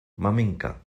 maminka